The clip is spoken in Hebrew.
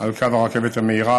על קו הרכבת המהירה